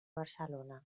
barcelona